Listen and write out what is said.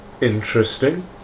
Interesting